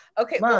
Okay